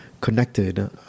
connected